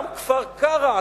גם כפר-קרע,